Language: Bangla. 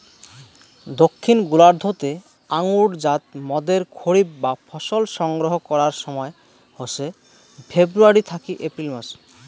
দক্ষিন গোলার্ধ তে আঙুরজাত মদের খরিফ বা ফসল সংগ্রহ করার সময় হসে ফেব্রুয়ারী থাকি এপ্রিল মাস